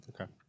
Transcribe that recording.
Okay